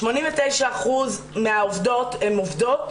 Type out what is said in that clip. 89% מהעובדות הן עובדות,